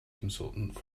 consultant